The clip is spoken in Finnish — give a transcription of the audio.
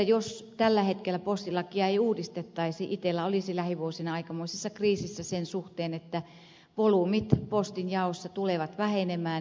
jos tällä hetkellä postilakia ei uudistettaisi itella olisi lähivuosina aikamoisessa kriisissä sen suhteen että volyymit postinjaossa tulevat vähenemään